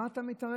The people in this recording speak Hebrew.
מה אתה מתערב?